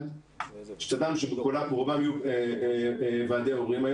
השתדלנו שברובם או בכולם יהיו ועדי הורים,